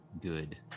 good